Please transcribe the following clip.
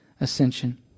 ascension